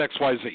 XYZ